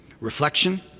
reflection